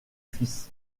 fils